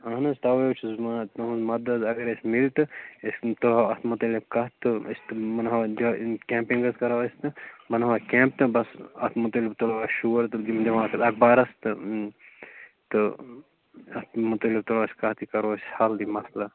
اَہن حَظ توےٚ حَظ چھُس بہٕ ونان تُہُنٛد مدتھ اَگر اَسہِ میلہِ تہٕ أسۍ تُلہو اَتھ متعلِق کٔتھ تہٕ أسۍ تہِ مناوہاو دۅہ تہٕ کیمپِنٛگ حَظ کَرو أسۍ تہِٕ بناوہاو کیمپ تہٕ بس اَتھ مُتعلِق تُلہو شور تہٕ یِم دِم ہاو پتہٕ اخبارس تہٕ تہٕ اَتھ مُتعلِق تُلو أسۍ کَتھ تہٕ کَرو أسۍ حل یہِ مسلہٕ